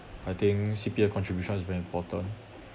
I think C_P_F contribution is very important